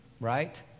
Right